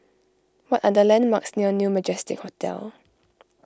what are the landmarks near New Majestic Hotel